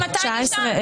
אז מתי נשאל?